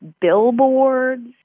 billboards